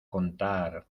contar